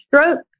stroke